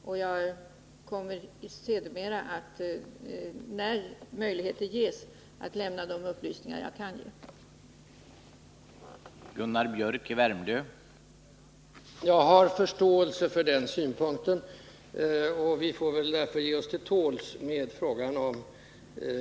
Sedermera, när möjligheter ges, kommer jag emellertid att lämna de upplysningar som kan lämnas.